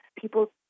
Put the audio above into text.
people